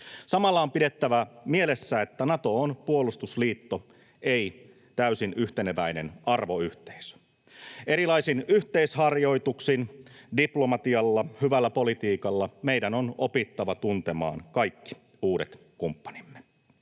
Samalla on pidettävä mielessä, että Nato on puolustusliitto, ei täysin yhteneväinen arvoyhteisö. Erilaisin yhteisharjoituksin, diplomatialla ja hyvällä politiikalla meidän on opittava tuntemaan kaikki uudet kumppanimme.